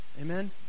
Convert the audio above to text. Amen